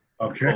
Okay